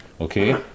okay